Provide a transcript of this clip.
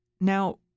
Now